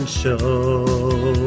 show